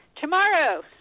tomorrow